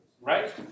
Right